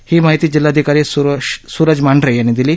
ही माहिती जिल्हाधिकारी सूरज मांढरे यांनी दिली